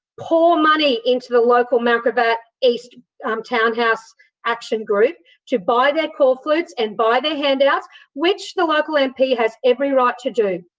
pour money into the local mount gravatt east um townhouse action group to buy their corflute and buy their handouts, which the local mp has every right to do,